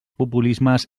populismes